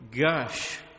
gush